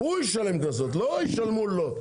הוא ישלם קנסות, לא ישלמו לו.